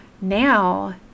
Now